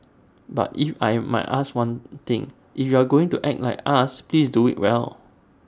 but if I might ask one thing if you are going to act like us please do IT well